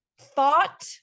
thought